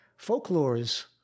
folklores